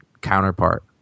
counterpart